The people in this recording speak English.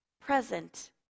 present